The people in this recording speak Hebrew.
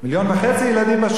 מיליון וחצי ילדים.